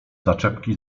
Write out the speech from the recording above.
zaczepki